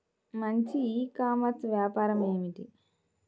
మంచి e commerce వ్యాపారం ఏమిటీ?